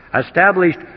established